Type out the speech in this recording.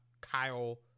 Kyle